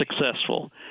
successful